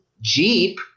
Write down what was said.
Jeep